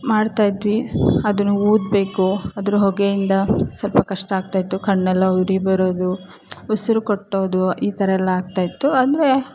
ಮಾಡ್ತಾಯಿದ್ವಿ ಅದನ್ನು ಊದಬೇಕು ಅದ್ರ ಹೊಗೆಯಿಂದ ಸ್ವಲ್ಪ ಕಷ್ಟ ಆಗ್ತಾಯಿತ್ತು ಕಣ್ಣೆಲ್ಲ ಉರಿ ಬರೋದು ಉಸಿರು ಕಟ್ಟೋದು ಈ ಥರಯೆಲ್ಲ ಆಗ್ತಾಯಿತ್ತು ಅಂದರೆ